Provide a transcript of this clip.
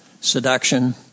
seduction